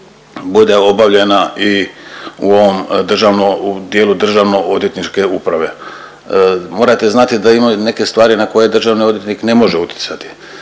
bude obavljena i u ovom dijelu, u dijelu državno-odvjetničke uprave. Morate znati da imaju neke stvari na koje državni odvjetnik ne može utjecati.